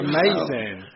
Amazing